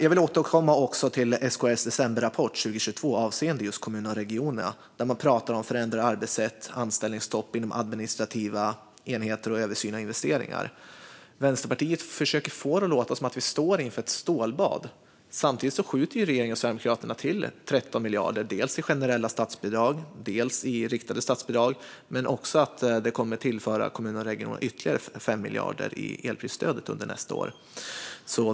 Jag vill återkomma till SKR:s decemberrapport 2022 avseende just kommuner och regioner. Där pratar man om förändrade arbetssätt, anställningsstopp inom administrativa enheter och en översyn av investeringar. Vänsterpartiet försöker få det att låta som att vi står inför ett stålbad, men samtidigt skjuter regeringen och Sverigedemokraterna till 13 miljarder dels i generella statsbidrag, dels i riktade statsbidrag. Kommuner och regioner kommer också att tillföras 5 miljarder genom elprisstödet under nästa år.